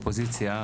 אופוזיציה,